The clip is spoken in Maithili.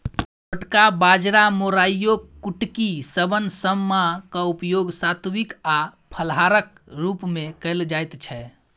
छोटका बाजरा मोराइयो कुटकी शवन समा क उपयोग सात्विक आ फलाहारक रूप मे कैल जाइत छै